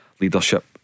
leadership